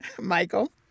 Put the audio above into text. Michael